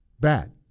bad